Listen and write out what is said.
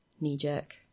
knee-jerk